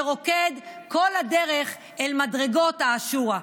שרוקד כל הדרך אל מדרגות השורא.